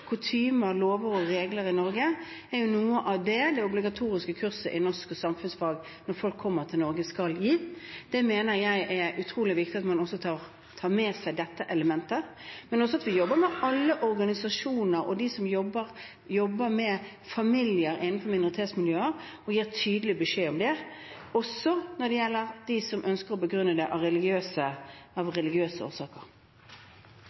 lover og regler i Norge er noe av det det obligatoriske kurset i norsk og samfunnsfag for folk som kommer til Norge, skal gi. Jeg mener det er utrolig viktig at man tar med seg dette elementet, og at vi jobber med alle organisasjoner og med dem som jobber med familier innenfor minoritetsmiljøer, og gir tydelig beskjed om det, også når det gjelder dem som ønsker å begrunne det av religiøse